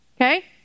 Okay